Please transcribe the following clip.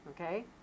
Okay